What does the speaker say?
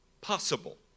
possible